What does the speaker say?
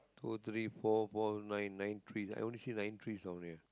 two three four four nine nine tree I only see nine trees down there